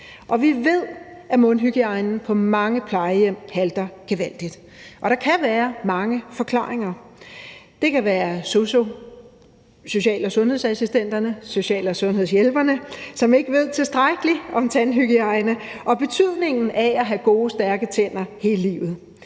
vi ved, at mundhygiejnen på mange plejehjem halter gevaldigt, og der kan være mange forklaringer. Det kan være sosu'erne – social og sundhedsassistenterne eller social- og sundhedshjælperne – som ikke ved tilstrækkeligt om tandhygiejne og betydningen af at have gode, stærke tænder hele livet.